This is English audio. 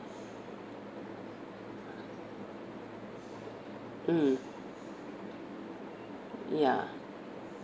mm ya